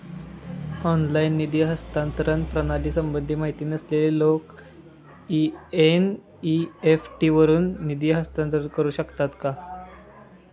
Online निधी हस्तांतरण प्रणालीसंबंधी माहिती नसलेले लोक एन.इ.एफ.टी वरून निधी हस्तांतरण करू शकतात का?